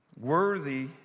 Worthy